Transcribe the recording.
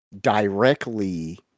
directly